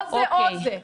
או זה או זה,